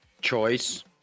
choice